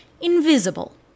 INVISIBLE